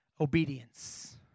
obedience